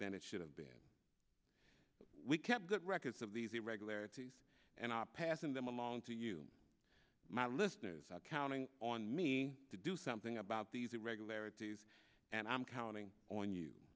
than it should have been we kept good records of these irregularities and are passing them along to you my listeners are counting on me to do something about these irregularities and i'm counting on you